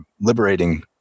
liberating